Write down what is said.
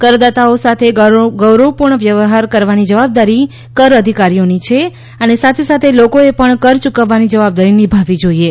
કરદાતાઓ સાથે ગૌરવપૂર્ણ વ્યવહાર કરવાની જવાબદારી કર અધિકારીઓની છે અને સાથે સાથે લોકોએ પણ કર યૂકવવાની જવાબદારી નિભાવવી જોઈએ